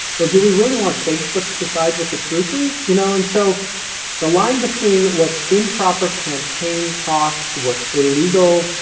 well, do we really want facebook to decide what the truth is? you know and so the line between what's improper campaign talk, what's illegal,